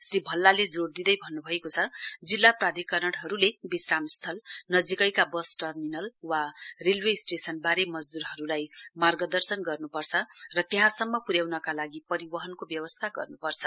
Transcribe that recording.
श्री भल्लाले जोड़ दिँदै भन्न्भएको छ जिल्ला प्राधिकरणहरूले विश्रम स्थल नजीकैका बर्स टर्मिनल वा रेलवे स्टेशनबारे मजदूरहरूलाई मार्गदर्शन गर्नुपर्छ र त्यहाँसम्म प्र्याउनका लागि परिवहनको व्यवस्था गर्न्पर्छ